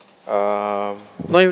um but